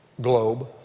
globe